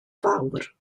fawr